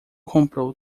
comprou